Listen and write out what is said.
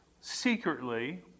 secretly